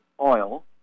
oil